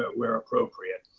but where appropriate,